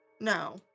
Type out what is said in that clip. No